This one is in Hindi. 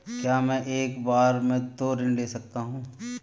क्या मैं एक बार में दो ऋण ले सकता हूँ?